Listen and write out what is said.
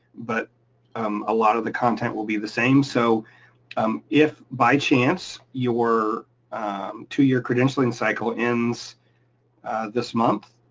but um a lot of the content will be the same. so um if by chance, your two year credentialing cycle ends this month